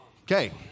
Okay